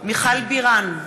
מיכל בירן,